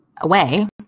away